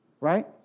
right